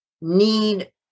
need